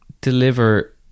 deliver